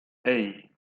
hey